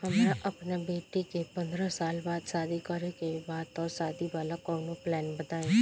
हमरा अपना बेटी के पंद्रह साल बाद शादी करे के बा त शादी वाला कऊनो प्लान बताई?